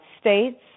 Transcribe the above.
States